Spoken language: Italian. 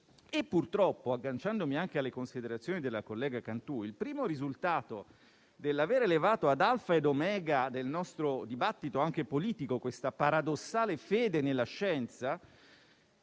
Purtroppo - agganciandomi anche alle considerazioni della collega Cantù - il primo risultato dell'aver elevato ad alfa e omega del nostro dibattito, anche politico, questa paradossale fede nella scienza